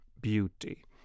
beauty